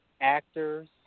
Actors